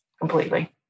completely